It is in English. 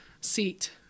seat